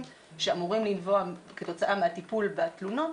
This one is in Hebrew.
שאמורים לנבוע כתוצאה מהטיפול בתלונות,